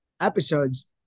episodes